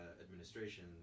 administration